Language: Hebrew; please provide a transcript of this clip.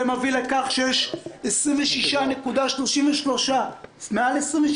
זה מוביל לכך שיש 26.36% מובטלים,